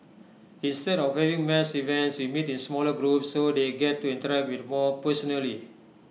instead of having mass events we meet in smaller groups so they get to interact with more personally